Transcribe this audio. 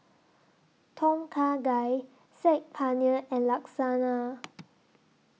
Tom Kha Gai Saag Paneer and Lasagna